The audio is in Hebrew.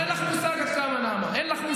אין לך מושג עד כמה, נעמה.